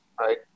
right